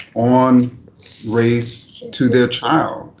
on race to their child,